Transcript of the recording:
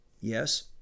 Yes